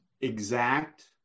exact